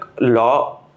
law